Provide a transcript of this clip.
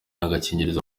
agakingirizo